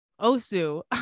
Osu